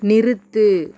நிறுத்து